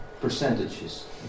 percentages